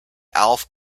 alf